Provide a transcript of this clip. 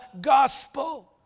gospel